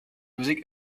musik